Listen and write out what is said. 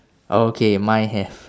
okay mine have